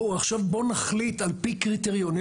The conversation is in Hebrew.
עכשיו בואו נחליט על פי קריטריונים.